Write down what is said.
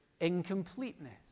incompleteness